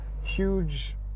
huge